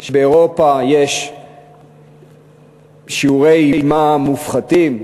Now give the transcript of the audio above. שבאירופה יש שיעורי מע"מ מופחתים?